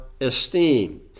esteem